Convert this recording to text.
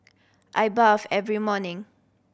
I bathe every morning